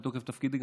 מתוקף תפקידי,